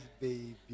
baby